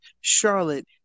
Charlotte